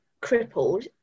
crippled